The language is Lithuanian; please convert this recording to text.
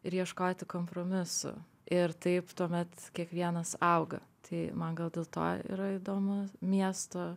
ir ieškoti kompromisų ir taip tuomet kiekvienas auga tai man gal dėl to yra įdomu miesto